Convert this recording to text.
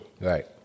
Right